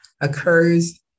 occurs